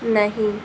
नहीं